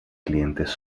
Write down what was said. clientes